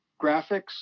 graphics